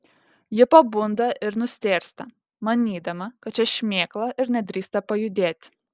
ji pabunda ir nustėrsta manydama kad čia šmėkla ir nedrįsta pajudėti